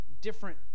Different